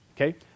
Okay